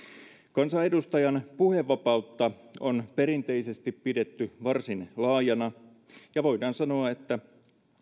kansanedustajan puhevapautta on perinteisesti pidetty varsin laajana ja voidaan sanoa että